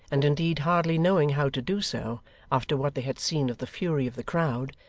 and indeed hardly knowing how to do so after what they had seen of the fury of the crowd,